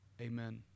Amen